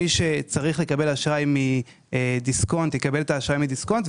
כך שמי שצריך לקבל אשראי מדיסקונט יקבל את האשראי מדיסקונט,